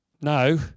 No